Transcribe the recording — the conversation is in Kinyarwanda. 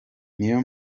niyo